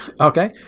Okay